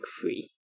free